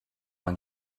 man